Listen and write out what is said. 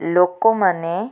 ଲୋକମାନେ